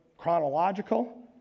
Chronological